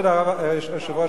היושב-ראש,